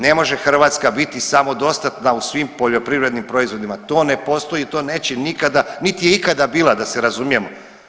Ne može Hrvatska biti samodostatna u svim poljoprivrednim proizvodima, to ne postoji i to neće nikada niti je ikada bila da se razumijemo.